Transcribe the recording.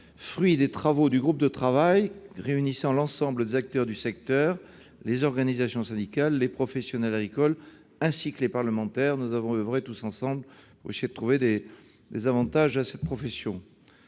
fruit des travaux du groupe de travail réunissant l'ensemble des acteurs du secteur, les organisations syndicales, les professionnels agricoles, ainsi que les parlementaires. Nous avons oeuvré, tous ensemble, pour essayer de trouver des avantages à cette profession.